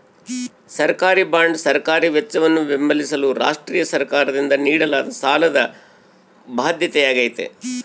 ಸರ್ಕಾರಿಬಾಂಡ್ ಸರ್ಕಾರಿ ವೆಚ್ಚವನ್ನು ಬೆಂಬಲಿಸಲು ರಾಷ್ಟ್ರೀಯ ಸರ್ಕಾರದಿಂದ ನೀಡಲಾದ ಸಾಲದ ಬಾಧ್ಯತೆಯಾಗೈತೆ